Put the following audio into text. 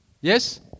Yes